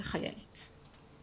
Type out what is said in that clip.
חיילת.